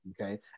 Okay